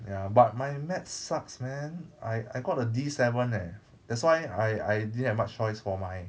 ya but my maths sucks man I I got a D seven leh that's why I I didn't have much choice for my